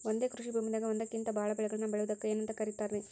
ಒಂದೇ ಕೃಷಿ ಭೂಮಿದಾಗ ಒಂದಕ್ಕಿಂತ ಭಾಳ ಬೆಳೆಗಳನ್ನ ಬೆಳೆಯುವುದಕ್ಕ ಏನಂತ ಕರಿತಾರೇ?